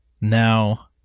now